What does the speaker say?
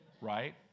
right